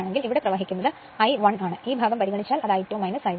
അതിനാൽ ഇവിടെ പ്രവഹിക്കുന്നത് I1 ആണ് ഈ ഭാഗം പരിഗണിച്ചാൽ അത് I2 I1ആണ്